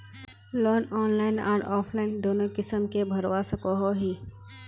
Loan online आर offline दोनों किसम के भरवा सकोहो ही?